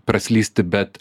praslysti bet